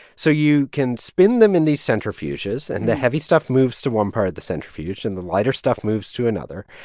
so you can spin them in these centrifuges, and the heavy stuff moves to one part of the centrifuge, and the lighter stuff moves to another.